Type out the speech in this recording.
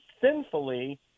sinfully